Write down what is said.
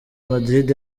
madrid